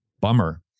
bummer